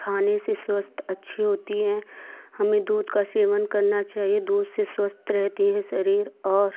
खाने से स्वस्थ अच्छी होती हैं हमें दूध का सेवन करना चाहिए दूध से स्वस्थ रहती है शरीर और